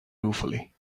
ruefully